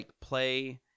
play